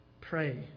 Pray